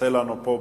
והמידע של הכנסת,